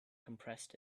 compressed